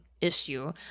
issue